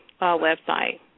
website